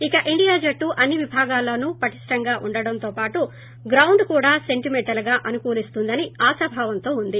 ఇక ఇండియా జట్టు అన్ని విభాగాల్లోనూ పటిష్టంగా వుండటంతో పాటు గ్రౌండ్ కూడా సెంటిమెంటల్గా అనుకూలీస్తుందని ఆశాభావంతో ఉంది